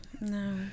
no